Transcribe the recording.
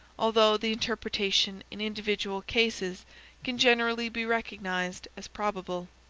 although the interpretation in individual cases can generally be recognized as probable.